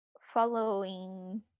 following